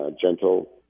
gentle